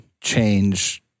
change